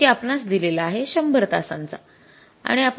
जो कि आपणास दिलेला आहे शंभर तासांचा